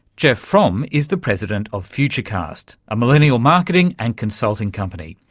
jeff fromm is the president of futurecast, a millennial marketing and consulting company.